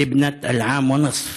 בת השנה וחצי,